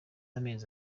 amezi